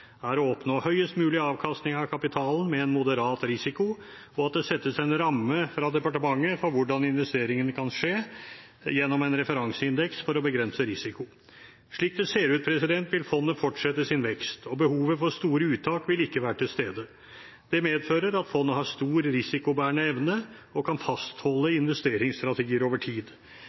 er å oppnå høyest mulig avkastning av kapitalen med en moderat risiko, og at det settes en ramme fra departementet for hvordan investeringene kan skje gjennom en referanseindeks for å begrense risiko. Slik det ser ut, vil fondet fortsette sin vekst, og behovet for store uttak vil ikke være til stede. Det medfører at fondet har stor risikobærende evne, og kan fastholde investeringsstrategi over tid.